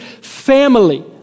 family